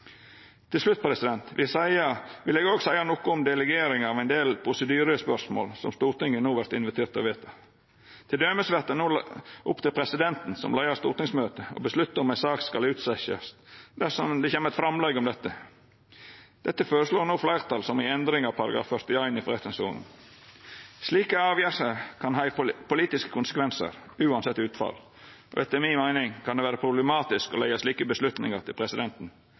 Til slutt vil eg òg seia noko om delegeringa av ein del prosedyrespørsmål som Stortinget no vert invitert til å vedta. Til dømes vert det no opp til presidenten som leiar stortingsmøtet, å avgjera om ei sak skal utsetjast dersom det kjem eit framlegg om dette. Dette føreslår no fleirtalet som ei endring av § 41 i forretningsordenen. Slike avgjerder kan ha politiske konsekvensar uansett utfall, og etter mi meining kan det vera problematisk å leggja slike avgjerder til presidenten,